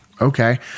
okay